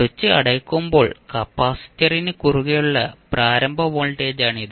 switch അടയ്ക്കുമ്പോൾ കപ്പാസിറ്ററിന് കുറുകെയുള്ള പ്രാരംഭ വോൾട്ടേജാണിത്